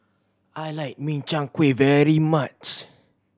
I like Min Chiang Kueh very much